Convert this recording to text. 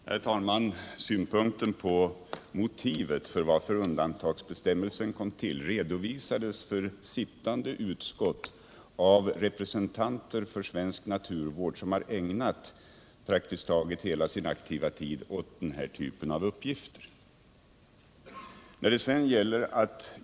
Herr talman! Motiven för tillkomsten av undantagsbestämmelsen redovisades för sittande utskott av representanter för svensk naturvård, som har ägnat praktiskt taget hela sin aktiva tid åt denna typ av uppgifter.